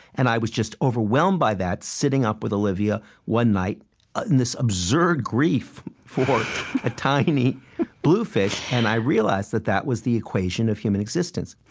and i was just overwhelmed by that, sitting up with olivia one night ah in this absurd grief for a tiny bluefish, and i realized that that was the equation of human existence